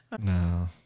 No